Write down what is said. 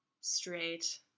straight